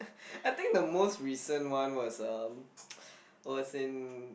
I think the most recent one was um was in